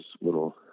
little